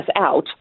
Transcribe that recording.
out